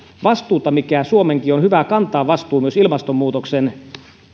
vastuuta mikä myös suomenkin on hyvä kantaa ilmastonmuutoksen